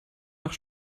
nach